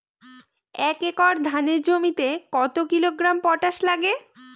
এক একর ধানের জমিতে কত কিলোগ্রাম পটাশ লাগে?